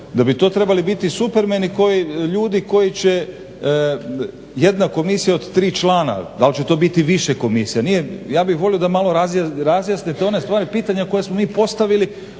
da bi to trebali supermeni ljudi koji će jedna komisija od tri člana, da li će to biti više komisija, nije, ja bih volio da malo razjasnite one stvari i pitanja koja smo postavili